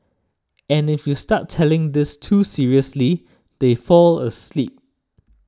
and if you start telling this too seriously they fall asleep